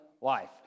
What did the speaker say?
Life